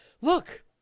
Look